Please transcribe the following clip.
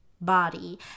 body